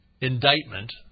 indictment